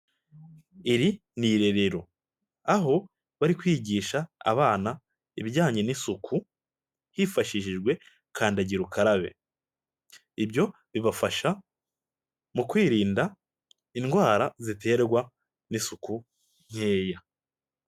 Iri ni irerero, aho bari kwigisha abana ibijyanye n'isuku, hifashishijwe kandagira ukarabe, ibyo bibafasha mu kwirinda indwara ziterwa n'isuku nkeya.